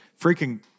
Freaking